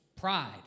pride